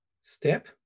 step